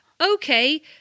okay